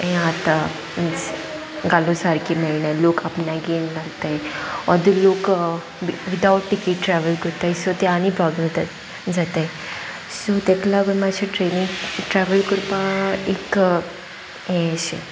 हें आतां मीन्स घालो सारकी मेळना लोक आपण घेन लागताय ओर्द लोक विथावट टिकेट ट्रॅवल करताय सो ते आनी प्रोब्लम जाताय सो ताका लागून मातशे ट्रेनी ट्रॅवल करपा एक हें अशें